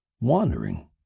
wandering